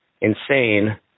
Insane